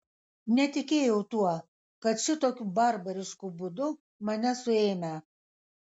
netikėjau tuo kad šitokiu barbarišku būdu mane suėmę